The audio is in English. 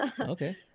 okay